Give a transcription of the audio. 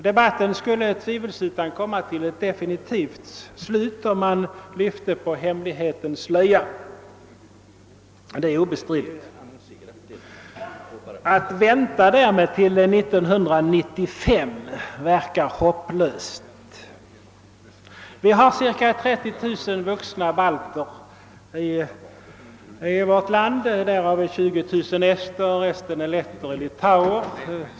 Debatten skulle tvivelsutan komma till ett definitivt slut om man lyfte på hemlighetens slöja — det är obestridligt. Att vänta därmed till 1995 verkar hopplöst. Det finns cirka 30000 vuxna balter i vårt land. Därav är 20 000 ester, resten är letter och litauer.